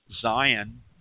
Zion